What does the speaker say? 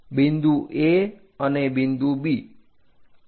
તો બિંદુ A અને બિંદુ B